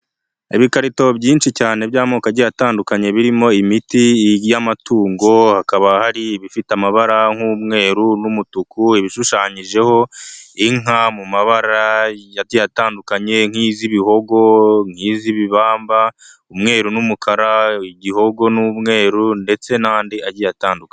Ibikarito byinshi cyane by'amoko atandukanye birimo imiti y'amatungo, hakaba hari ibifite amabara nk'umweru n'umutuku, ibishushanyijeho inka mu mabara atandukanye, nk'iz'ibihogo, nk'iz'ibibamba, umweru n'umukara, igihogo n'umweru ndetse n'andi agiye atandukanye.